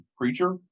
preacher